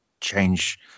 change